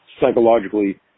psychologically